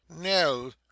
Nell